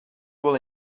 wel